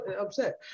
upset